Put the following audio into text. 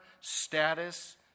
status